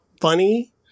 funny